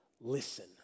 listen